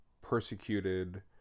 persecuted